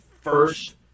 first